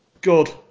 Good